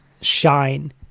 shine